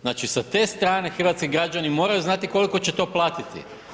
Znači, sa te strane hrvatski građani moraju znati koliko će to platiti.